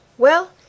Well